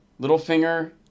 Littlefinger